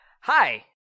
hi